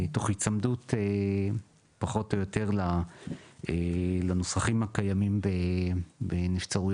תוך היצמדות פחות או יותר לנוסחים הקיימים בנבצרויות